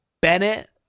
Bennett